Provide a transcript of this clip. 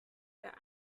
der